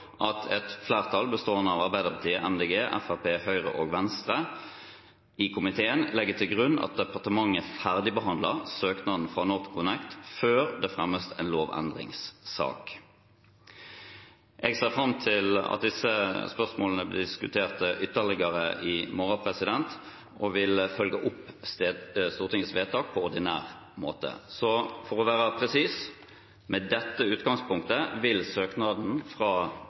at et flertall bestående av Arbeiderpartiet, Miljøpartiet De Grønne, Fremskrittspartiet, Høyre og Venstre i komiteen legger til grunn at departementet ferdigbehandler søknaden fra NorthConnect før det fremmes en lovendringssak. Jeg ser fram til at disse spørsmålene blir diskutert ytterligere i morgen, og vil følge opp Stortingets vedtak på ordinær måte. For å være presis: Med dette utgangspunktet vil søknaden fra